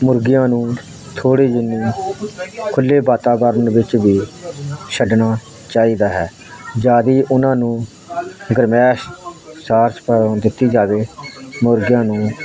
ਮੁਰਗੀਆਂ ਨੂੰ ਥੋੜ੍ਹੀ ਜਿੰਨੀ ਖੁੱਲੇ ਵਾਤਾਵਰਨ ਵਿੱਚ ਵੀ ਛੱਡਣਾ ਚਾਹੀਦਾ ਹੈ ਜ਼ਿਆਦੀ ਉਹਨਾਂ ਨੂੰ ਗਰਮਾਇਸ਼ ਚਾਰ ਚੁਫੇਰੋ ਦਿੱਤੀ ਜਾਵੇ ਮੁਰਗਿਆਂ ਨੂੰ